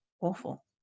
awful